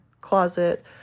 closet